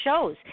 shows